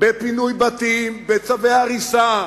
בפינוי בתים, בצווי הריסה,